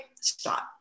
stop